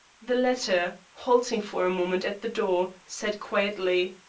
the latter, halting for a moment at the door, said quietly,